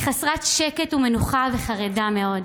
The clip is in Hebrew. היא חסרת שקט ומנוחה וחרדה מאוד.